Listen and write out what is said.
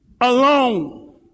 alone